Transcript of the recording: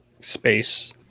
space